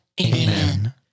Amen